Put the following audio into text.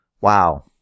Wow